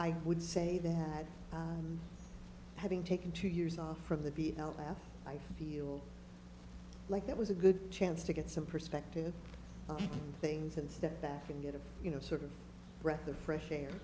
i would say that having taken two years off from the b l f i feel like that was a good chance to get some perspective on things and step back and get a you know sort of breath of fresh air